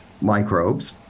microbes